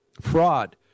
fraud